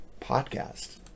Podcast